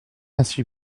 ainsi